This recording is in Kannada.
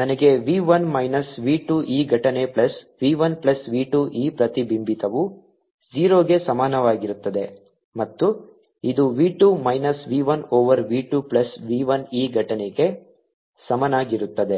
ನನಗೆ v 1 ಮೈನಸ್ v 2 e ಘಟನೆ plus v 1 plus v 2 e ಪ್ರತಿಬಿಂಬಿತವು 0 ಗೆ ಸಮಾನವಾಗಿರುತ್ತದೆ ಮತ್ತು ಇದು v 2 minus v 1 over v 2 plus v 1 e ಘಟನೆಗೆ ಸಮನಾಗಿರುತ್ತದೆ